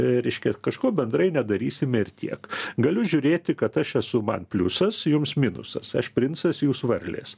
reiškia kažko bendrai nedarysime ir tiek galiu žiūrėti kad aš esu man pliusas jums minusas aš princas jūs varlės